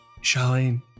Charlene